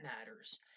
matters